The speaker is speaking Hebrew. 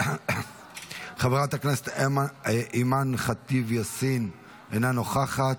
חברת הכנסת אימאן ח'טיב יאסין, אינה נוכחת.